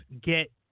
get